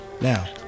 Now